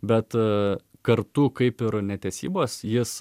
bet kartu kaip ir netesybos jis